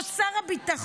או שר הביטחון.